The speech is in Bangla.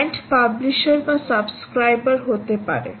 ক্লায়েন্ট পাবলিশার বা সাবস্ক্রাইবার হতে পারে